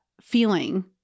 feeling